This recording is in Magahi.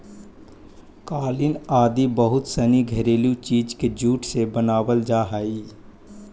कालीन आदि बहुत सनी घरेलू चीज के जूट से बनावल जा हइ